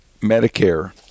medicare